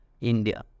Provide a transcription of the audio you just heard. India